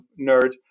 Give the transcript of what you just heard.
nerd